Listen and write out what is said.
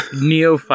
neo